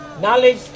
Knowledge